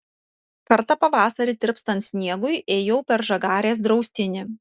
kartą pavasarį tirpstant sniegui ėjau per žagarės draustinį